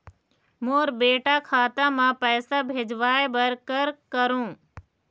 मोर बेटा खाता मा पैसा भेजवाए बर कर करों?